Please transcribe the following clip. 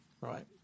Right